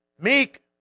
meek